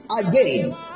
again